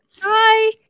Hi